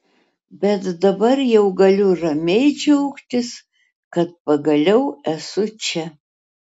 bet dabar jau galiu ramiai džiaugtis kad pagaliau esu čia